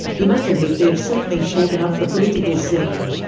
you must admit they have certainly shaken up the political scene.